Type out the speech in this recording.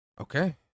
okay